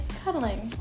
cuddling